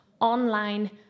online